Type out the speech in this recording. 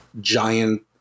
giant